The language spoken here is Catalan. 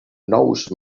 nous